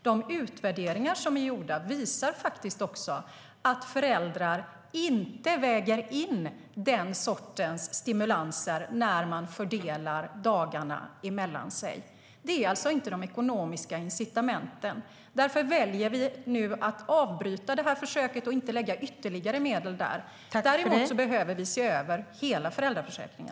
De utvärderingar som är gjorda visar faktiskt också att föräldrar inte väger in den sortens stimulanser när de fördelar dagarna mellan sig. Det handlar alltså inte om de ekonomiska incitamenten. Därför väljer vi nu att avbryta detta försök och inte lägga ytterligare medel där. Däremot behöver vi se över hela föräldraförsäkringen.